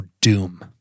doom